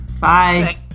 Bye